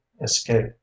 escape